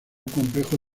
complejo